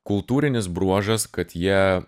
kultūrinis bruožas kad jie